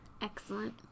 Excellent